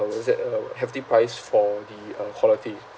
uh what's that uh hefty price for the uh quality